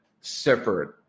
separate